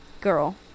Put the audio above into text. Girl